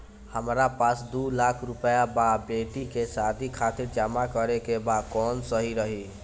हमरा पास दू लाख रुपया बा बेटी के शादी खातिर जमा करे के बा कवन सही रही?